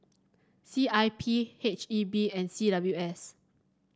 C I P H E B and C W S